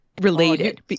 related